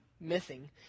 missing